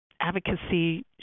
advocacy